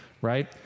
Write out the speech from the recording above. right